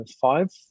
five